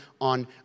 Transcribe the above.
on